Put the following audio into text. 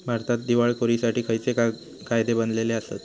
भारतात दिवाळखोरीसाठी खयचे कायदे बनलले आसत?